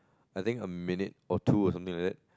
I think a minute or two or something like that